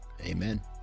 amen